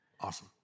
Awesome